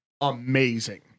Amazing